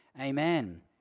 Amen